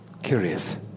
Curious